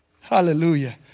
Hallelujah